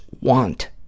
want